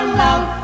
love